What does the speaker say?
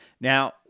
Now